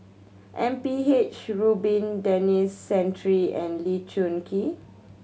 M P H Rubin Denis Santry and Lee Choon Kee